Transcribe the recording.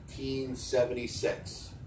1876